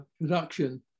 production